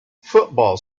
football